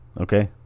Okay